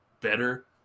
better